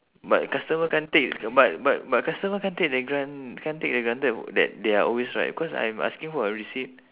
but customer can't take but but but customer can't take the gra~ they can't take the granted that they are always right cause I'm asking for a receipt